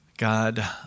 God